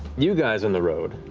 you guys on the road,